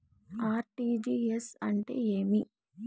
RTGS అంటే ఏమి